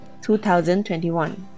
2021